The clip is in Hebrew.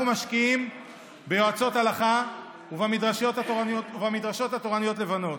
אנחנו משקיעים ביועצות הלכה ובמדרשות התורניות לבנות,